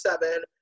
seven